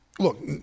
Look